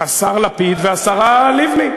השר לפיד והשרה לבני.